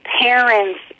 parents